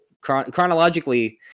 Chronologically